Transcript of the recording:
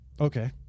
Okay